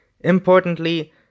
Importantly